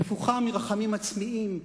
נפוחה מרחמים עצמיים,